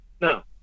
no